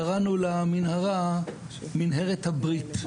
קראנו למנהרה מנהרת הברית,